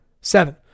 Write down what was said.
seven